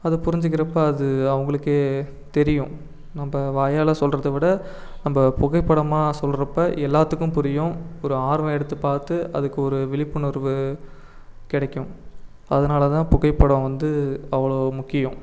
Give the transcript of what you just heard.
அதை புரிஞ்சுக்கிறப்ப அது அவங்களுக்கே தெரியும் நம்ம வாயால் சொல்கிறதவிட நம்ம புகைப்படமாக சொல்கிறப்ப எல்லாத்துக்கும் புரியும் ஒரு ஆர்வம் எடுத்து பார்த்து அதுக்கு ஒரு விழிப்புணர்வு கிடைக்கும் அதனாலதான் புகைப்படம் வந்து அவ்வளோ முக்கியம்